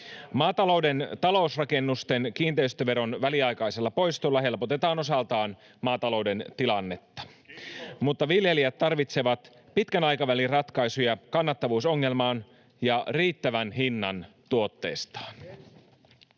Maatalouden talousrakennusten kiinteistöveron väliaikaisella poistolla helpotetaan osaltaan maatalouden tilannetta, [Perussuomalaisten ryhmästä: Kiitos!] mutta viljelijät tarvitsevat pitkän aikavälin ratkaisuja kannattavuusongelmaan ja riittävän hinnan tuotteestaan.